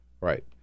Right